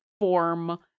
form